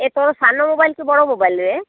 ଏ ତୋର ସାନ ମୋବାଇଲ୍ କି ବଡ଼ ମୋବାଇଲ୍ରେ